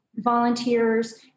volunteers